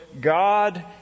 God